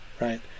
right